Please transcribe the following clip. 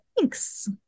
thanks